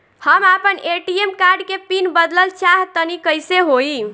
हम आपन ATM card के पीन बदलल चाहऽ तनि कइसे होई?